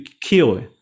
kill